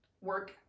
work